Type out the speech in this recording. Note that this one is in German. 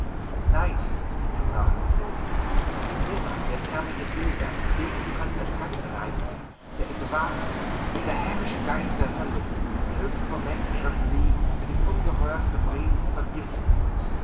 nein sprach die fürstin nimmer wird hermenegilda dem die hand als gattin reichen der es wagte wie der hämischte geist der hölle den höchsten moment ihres lebens mit dem ungeheuersten frevel zu vergiften